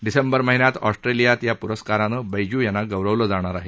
डिसेंबर महिन्यात ऑस्ट्रेलियात या प्रस्कारानं बैजू यांना गौरवलं जाणार आहे